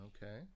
Okay